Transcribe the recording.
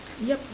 yup